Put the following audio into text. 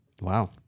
Wow